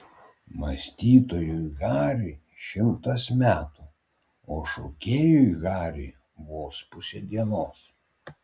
mąstytojui hariui šimtas metų o šokėjui hariui vos pusė dienos